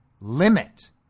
limit